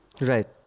Right